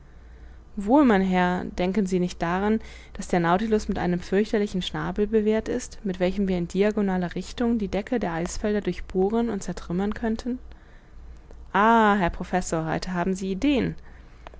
wohl mein herr denken sie nicht daran daß der nautilus mit einem fürchterlichen schnabel bewehrt ist mit welchem wir in diagonaler richtung die decke der eisfelder durchbohren und zertrümmern könnten ah herr professor heute haben sie ideen